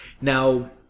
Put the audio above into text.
Now